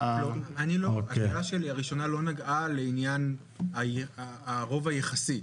השאלה שלי הראשונה לא נגעה לעניין הרוב היחסי.